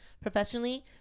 professionally